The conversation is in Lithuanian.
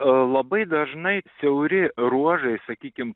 labai dažnai siauri ruožai sakykim